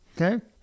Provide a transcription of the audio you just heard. Okay